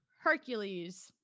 Hercules